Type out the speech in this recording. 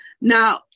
Now